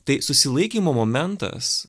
tai susilaikymo momentas